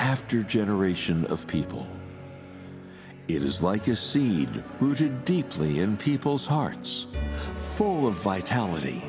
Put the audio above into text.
after generation of people it is like a seed rooted deeply in people's hearts full of vitality